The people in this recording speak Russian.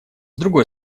другой